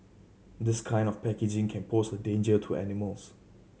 this kind of packaging can pose a danger to animals